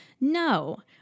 No